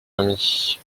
ami